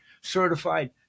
Certified